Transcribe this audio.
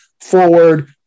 forward